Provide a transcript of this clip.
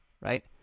right